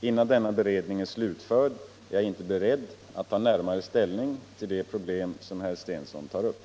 Innan denna beredning är slutförd är jag inte beredd att ta närmare ställning till det problem som herr Stensson för fram.